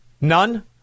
None